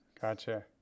Gotcha